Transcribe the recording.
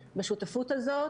נפשית.